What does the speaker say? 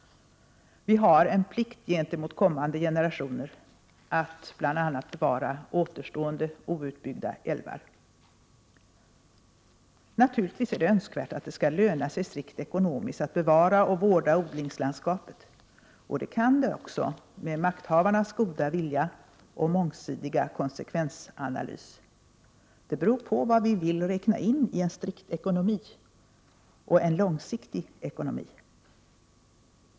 Vi har en plikt gentemot kommande generationer att bl.a. bevara återstående outbyggda älvar. Naturligtvis är det önskvärt att det skall löna sig strikt ekonomiskt att bevara odlingslandskapet, och det kan det också med makthavarnas goda vilja och mångsidiga konsekvensanalys. Det beror på vad vi vill räkna in i en strikt ekonomi och i en långsiktig ekonomi.